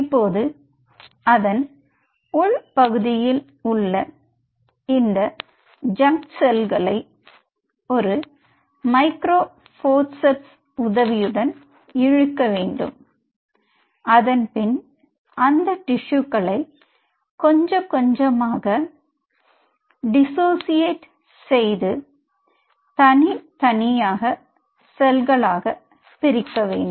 இப்போது அதன் உள் பகுதியில் உள்ள இந்த ஜுங்க் செல்களை ஒரு மைக்ரோ போரெசெப்ஸ் உதவியுடன் இழுக்க வேண்டும் அதன்பின் அந்த டிஸ்ஸுக்களை கொஞ்சம் கொஞ்சமாக டிஸ்ஸோசியேட் செய்து தனி தனி செல்களாக பிரிக்க வேண்டும்